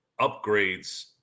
upgrades